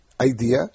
idea